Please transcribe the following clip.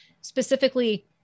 Specifically